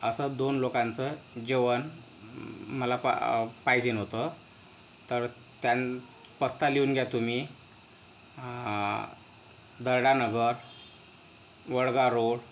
असं दोन लोकांचं जेवण मला पा पाहिजे होतं तर त्यान पत्ता लिहून घ्या तुम्ही दर्डानगर वडगा रोड